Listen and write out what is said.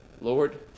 Lord